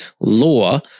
law